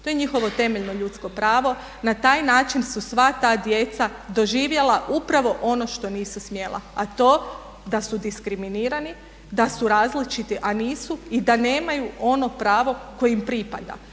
To je njihovo temeljno ljudsko pravo. Na taj način su sva ta djeca doživjela upravo ono što nisu smjela, a to da su diskriminirani, da su različiti, a nisu i da nemaju ono pravo koje im pripada.